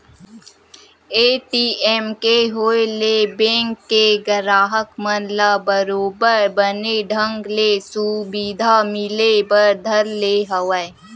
ATM के होय ले बेंक के गराहक मन ल बरोबर बने ढंग ले सुबिधा मिले बर धर ले हवय